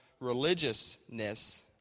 religiousness